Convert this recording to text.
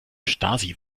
stasi